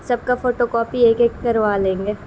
سب کا photocopy ایک ایک کروا لیں گے